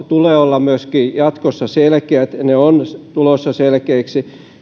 tulee olla myöskin jatkossa selkeää ne ovat tulossa selkeiksi